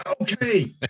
okay